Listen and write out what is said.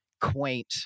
quaint